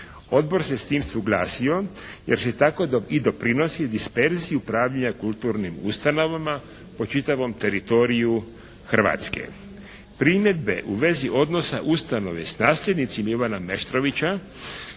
Odbor se s tim suglasio jer se tako i doprinosi disperziji upravljanja kulturnim ustanovama po čitavom teritoriju Hrvatske. Primjedbe u vezi odnosa ustanove s nasljednicima Ivana Meštrovića,